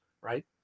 right